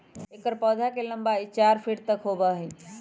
एकर पौधवा के लंबाई चार फीट तक होबा हई